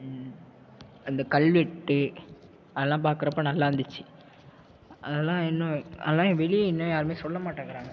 அந்த கல்வெட்டு அதெல்லாம் பாக்கறப்ப நல்லாயிருந்துச்சி அதெல்லாம் இன்னும் அதெல்லாம் வெளியே இன்னும் யாருமே சொல்ல மாட்டேங்கிறாங்க